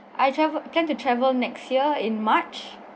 I trave~ plan to travel next year in march